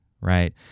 right